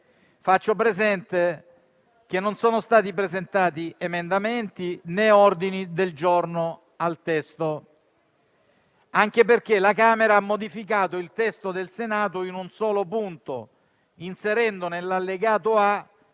Faccio presente che non sono stati presentati emendamenti né ordini del giorno, anche perché la Camera ha modificato il testo del Senato in un solo punto, inserendo nell'allegato A